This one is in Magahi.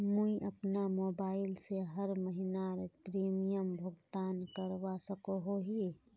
मुई अपना मोबाईल से हर महीनार प्रीमियम भुगतान करवा सकोहो ही?